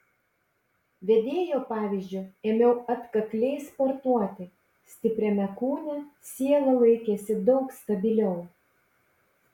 vedėjo pavyzdžiu ėmiau atkakliai sportuoti stipriame kūne siela laikėsi daug stabiliau